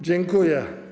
Dziękuję.